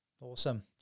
Awesome